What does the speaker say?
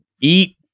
eat